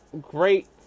great